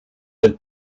del